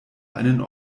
einen